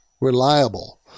reliable